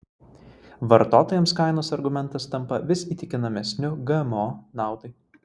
vartotojams kainos argumentas tampa vis įtikinamesniu gmo naudai